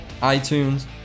iTunes